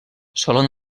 solen